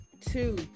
two